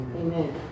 Amen